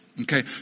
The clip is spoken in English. Okay